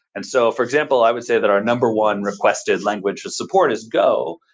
and so for example, i would say that our number one requested language support is go.